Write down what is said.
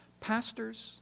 pastors